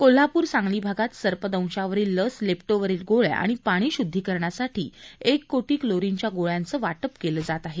कोल्हाप्र सांगली भागात सर्पदंशावरील लस लेप्टोवरील गोळ्या आणि पाणी श्दधीकरणासाठी एक कोटी क्लोरीनच्या गोळ्यांचे वाटप केलं जात आहे